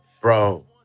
Bro